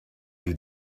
you